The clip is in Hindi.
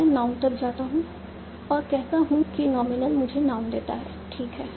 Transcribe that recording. तब मैं नाउन तक जाता हूं और कहता हूं कि नॉमिनल मुझे नाउन देता है ठीक है